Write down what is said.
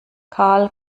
karl